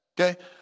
okay